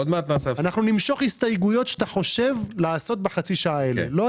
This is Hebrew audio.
לכן, עוד פעם, מה ששלמה אמר, יש בזה היגיון, רק